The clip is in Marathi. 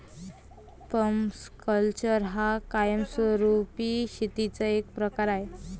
पर्माकल्चर हा कायमस्वरूपी शेतीचा एक प्रकार आहे